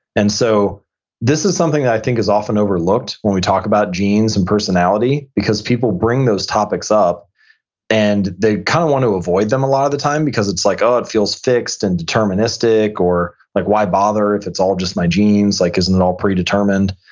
and so this is something that i think is often overlooked when we talk about genes and personality because people bring those topics up and they kind of want to avoid them a lot of the time because it's like it feels fixed and deterministic or like why bother if it's all just my genes? like isn't it all predetermined?